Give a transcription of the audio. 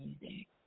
music